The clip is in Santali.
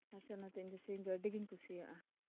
ᱪᱮᱫᱟᱜ ᱥᱮ ᱚᱱᱟᱛᱮ ᱤᱧᱫᱚ ᱥᱮᱨᱮᱧ ᱫᱚ ᱟᱹᱰᱤᱜᱮᱧ ᱠᱩᱥᱤᱭᱟᱜᱼᱟ